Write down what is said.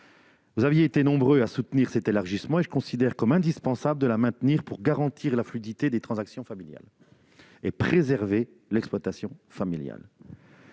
vous aviez été nombreux à soutenir cet élargissement, et j'estime indispensable de le maintenir pour garantir la fluidité des transactions familiales et préserver les exploitations familiales.